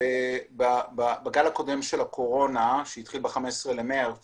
בגל הקודם של הקורונה שהתחיל ב-15 במרס